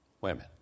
women